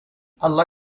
alla